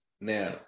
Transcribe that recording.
now